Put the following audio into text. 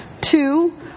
Two